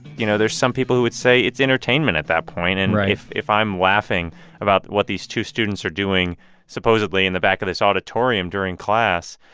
you know, there's some people who would say it's entertainment at that point and right and if i'm laughing about what these two students are doing supposedly in the back of this auditorium during class,